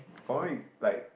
got one week like